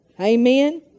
Amen